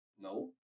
No